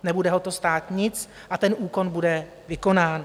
Nebude ho to stát nic a ten úkon bude vykonán.